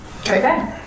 Okay